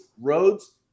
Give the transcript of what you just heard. roads